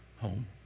home